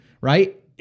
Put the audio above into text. right